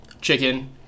chicken